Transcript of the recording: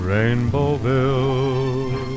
Rainbowville